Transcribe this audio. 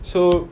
so